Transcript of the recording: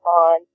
on